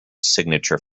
signature